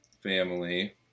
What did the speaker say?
family